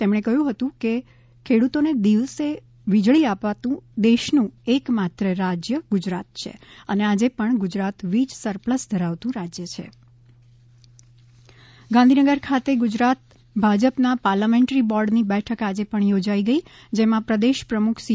તેમણે કહ્યું હતું કે ખેડૂતોને દિવસે વીજળી આપતું દેશનું એકમાત્ર રાજ્ય ગુજરાત છે અને આજે પણ ગુજરાત વીજ સરપ્લસ ધરાવતું રાજ્ય છે ભાજપ બેઠક ગાંધીનગર ખાતે ગુજરાત ભાજપના પાર્લમેંટરી બોર્ડની બેઠક આજે પણ યોજાઈ ગઈ જેમાં પ્રદેશ પ્રમુખ સી